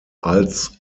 als